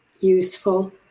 useful